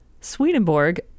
swedenborg